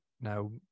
now